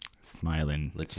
Smiling